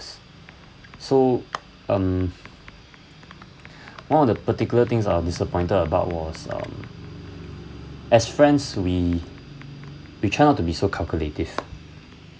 so um one of the particular things I was disappointed about was um as friends we we try not to be so calculative